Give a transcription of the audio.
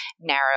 narrow